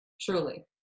truly